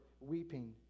weeping